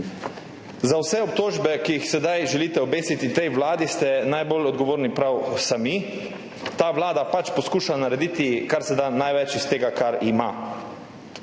Za vse obtožbe, ki jih sedaj želite obesiti tej vladi, ste najbolj odgovorni prav sami. Ta vlada pač poskuša narediti kar se da največ iz tega, kar ima.